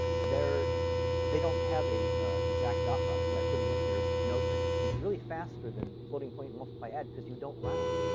they don't have a exact dot product, but i put it in here. note that it's really faster than floating-point multiply-add because you don't round.